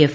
F